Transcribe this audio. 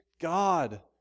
God